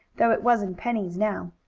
though it was in pennies now.